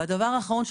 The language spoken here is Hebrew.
דבר אחרון,